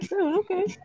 okay